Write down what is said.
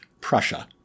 Prussia